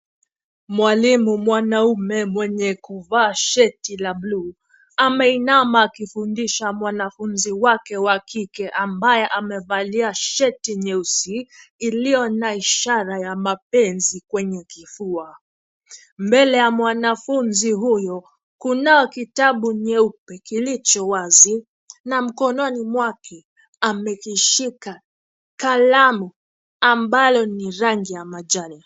Mwalimu mwanaume mwenye kuvaa shati la buluu, ameinama akifundisha mwanafunzi wake wa kike ambaye amevalia shati nyeusi iliyo na ishara ya mapenzi kwenye kifua. Mbele ya mwanafunzi huyu kunayo kitabu nyeupe kilicho wazi na mkononi mwake amekishika kalamu ambalo ni rangi ya majani.